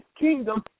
kingdom